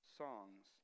songs